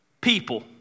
People